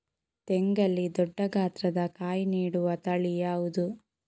ತೆಂಗಲ್ಲಿ ದೊಡ್ಡ ಗಾತ್ರದ ಕಾಯಿ ನೀಡುವ ತಳಿ ಯಾವುದು?